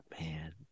man